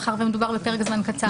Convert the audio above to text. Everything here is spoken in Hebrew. מאחר ומדובר בפרק זמן קצר.